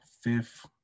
Fifth